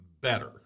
better